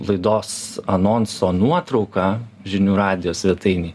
laidos anonso nuotrauka žinių radijo svetainėj